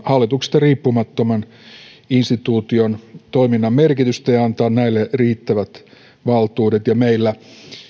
hallituksesta riippumattoman instituution toiminnan merkitystä ja antaa näille riittävät valtuudet ja meillä